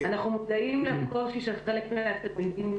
אנחנו מודעים לקושי של חלק מהתלמידים,